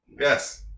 Yes